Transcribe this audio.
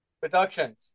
Productions